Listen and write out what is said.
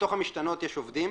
בתוך המשתנות יש עובדים.